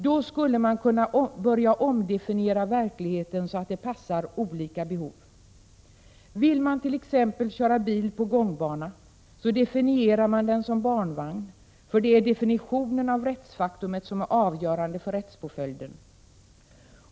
Då skulle man kunna börja omdefiniera verkligheten, så att den passar olika behov. Vill man t.ex. köra bil på en gångbana, definierar man bilen som barnvagn. Det är ju definitionen av rättsfaktumet som är avgörande för rättspåföljden.